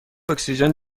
اکسیژن